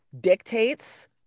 dictates